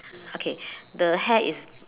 okay the hair is